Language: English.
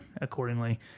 accordingly